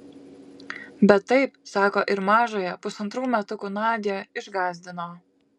bet taip sako ir mažąją pusantrų metukų nadią išgąsdino